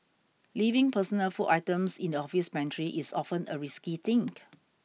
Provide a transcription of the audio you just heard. leaving personal food items in the office pantry is often a risky thing